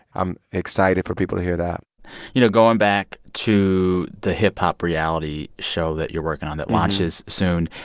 i'm excited for people to hear that you know, going back to the hip-hop reality show that you're working on that launches soon.